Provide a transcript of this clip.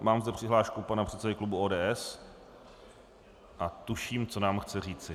Mám zde přihlášku pana předsedy klubu ODS a tuším, co nám chce říci.